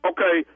Okay